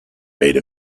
made